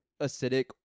acidic